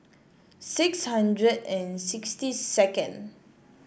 six hundred and sixty second